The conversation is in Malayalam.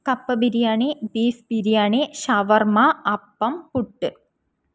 കപ്പ ബിരിയാണി ബീഫ് ബിരിയാണി ഷവർമ്മ അപ്പം പുട്ട്